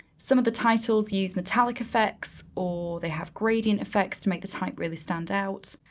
some of the titles use metallic effects or they have gradient effects to make the type really stand out.